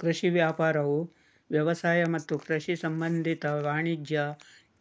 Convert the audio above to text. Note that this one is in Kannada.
ಕೃಷಿ ವ್ಯಾಪಾರವು ವ್ಯವಸಾಯ ಮತ್ತು ಕೃಷಿ ಸಂಬಂಧಿತ ವಾಣಿಜ್ಯ